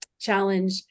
challenge